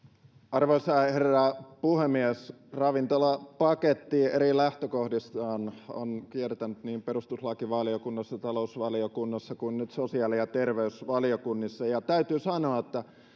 arvoisa herra puhemies ravintolapaketti eri lähtökohdistaan on on kiertänyt niin perustuslakivaliokunnassa talousvaliokunnassa kuin nyt sosiaali ja terveysvaliokunnissa ja täytyy sanoa että